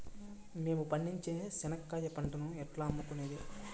మేము పండించే చెనక్కాయ పంటను ఎట్లా అమ్ముకునేది?